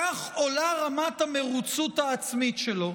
כך עולה רמת המרוצות העצמית שלו.